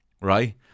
right